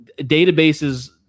databases